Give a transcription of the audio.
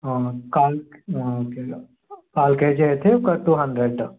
call okay అక్క call KG అయితే ఒక టూ హండ్రెడ్